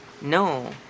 No